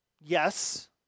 Yes